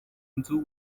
nzu